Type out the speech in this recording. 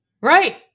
Right